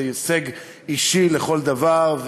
זה הישג אישי לכל דבר,